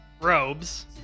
robes